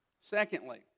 Secondly